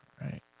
right